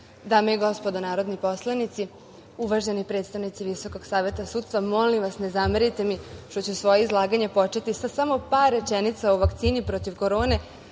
i gospodo narodni poslanici, uvaženi predstavnici Visokog saveta sudstva, molim vas ne zamerite mi što ću svoje izlaganje početi sa samo par rečenica o vakcini protiv korone